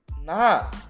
Nah